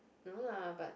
no lah but